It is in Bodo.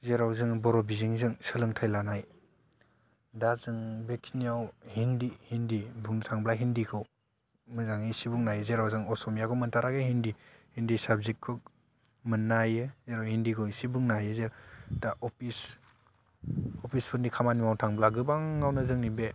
जेराव जों बर' बिजोंजों सोलोंथाय लानाय दा जों बेखिनियाव हिन्दि हिन्दि बुंनो थाङोब्ला हिन्दिखौ मोजाङै एसे बुंनो हायो जेराव जों असमियाखौ मोनथाराखै हिन्दि हिन्दि साबजेक्तखौ मोन्नो हायो जेराव हिन्दिखौ एसे बुंनो हायो दा अफिस अफिसफोरनि खामानि मावो थांब्ला गोबाङावनो जोंनि बे